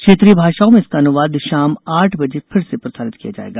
क्षेत्रीय भाषाओं में इसका अनुवाद शाम आठ बजे फिर से प्रसारित किया जायेगा